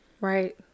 Right